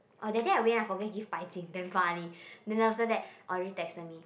oh that day I went I forget give 白金 damn funny then after that Audrey texted me